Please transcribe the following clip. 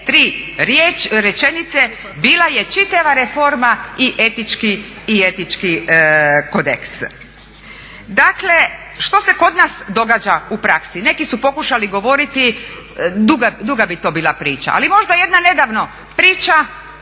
tri rečenice bila je čitava reforma i etički kodeks. Dakle što se kod nas događa u praksi? Neki su pokušali govoriti, duga bi to bila priča, ali možda jedna nedavno priča